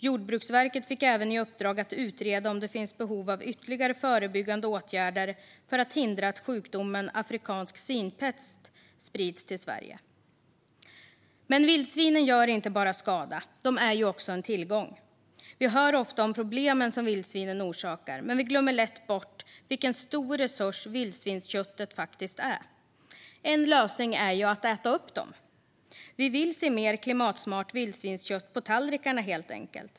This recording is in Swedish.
Jordbruksverket fick även i uppdrag att utreda om det finns behov av ytterligare förebyggande åtgärder för att hindra att sjukdomen afrikansk svinpest sprids till Sverige. Men vildsvinen gör inte bara skada, utan de är också en tillgång. Vi hör ofta om de problem som vildsvinen orsakar, men vi glömmer lätt bort vilken stor resurs vildsvinsköttet faktiskt är. En lösning är att äta upp dem. Vi vill se mer klimatsmart vildsvinskött på tallrikarna helt enkelt.